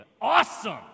awesome